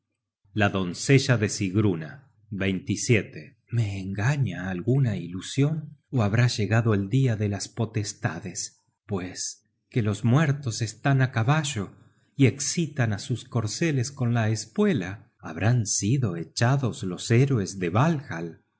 la doncella de sigruna me engaña alguna ilusion ó habrá llegado el dia de las potestades pues que los muertos están á caballo y escitan á sus corceles con la espuela habrán sido echados los héroes de walhall